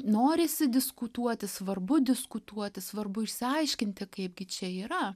norisi diskutuoti svarbu diskutuoti svarbu išsiaiškinti kaipgi čia yra